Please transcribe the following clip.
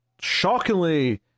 shockingly